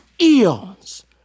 eons